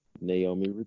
Naomi